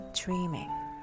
dreaming